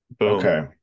Okay